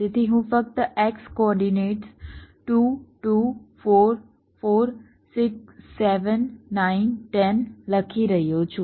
તેથી હું ફક્ત x કોઓર્ડિનેટ્સ 2 2 4 4 6 7 9 10 લખી રહ્યો છું